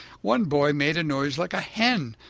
one boy made a noise like a hen,